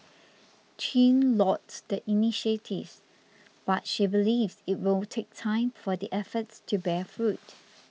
chin lauds the initiatives but she believes it will take time for the efforts to bear fruit